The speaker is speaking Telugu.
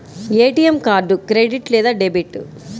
ఏ.టీ.ఎం కార్డు క్రెడిట్ లేదా డెబిట్?